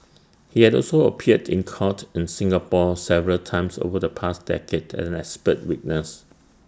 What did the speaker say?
he had also appeared in court in Singapore several times over the past decade as an expert witness